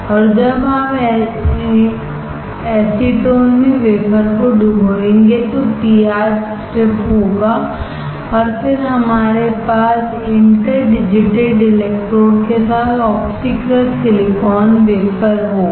और जब आप एसीटोन में वेफरको डुबोएंगे तो पीआर स्ट्रिप होगा और फिर हमारे पास इंटर डिजिटेड इलेक्ट्रोड के साथ ऑक्सीकृत सिलिकॉन वेफर होगा